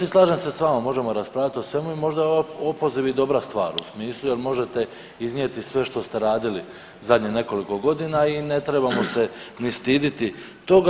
I slažem se s vama možemo raspravljati o svemu i možda je ovaj opoziv i dobra stvar u smislu jer možete iznijeti sve što ste radili zadnje nekoliko godina i ne trebamo se ni stiditi toga.